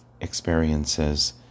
experiences